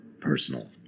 Personal